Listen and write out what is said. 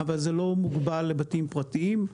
אבל זה לא מוגבל לבתים פרטיים.